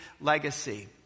legacy